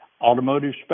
automotive